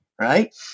right